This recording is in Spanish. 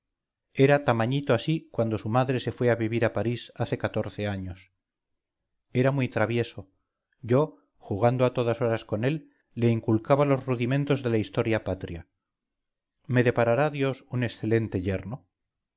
era tamañito así cuando su madre se fue a vivir a parís hace catorce años era muy travieso yo jugando a todas horas con él le inculcaba los rudimentos de la historia patria me deparará dios un excelente yerno